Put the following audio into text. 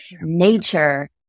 nature